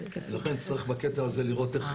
לכן, צריך בקטע הזה לראות איך